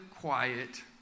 quiet